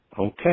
okay